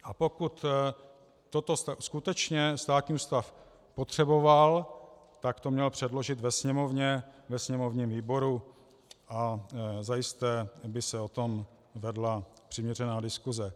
A pokud toto skutečně státní ústav potřeboval, tak to měl předložit ve Sněmovně, ve sněmovním výboru, a zajisté by se o tom vedla přiměřená diskuse.